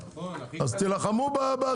אז תילחמו בהצעת חוק.